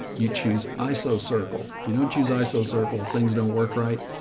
you choose iso circle. if you don't use iso circle, things don't work, right?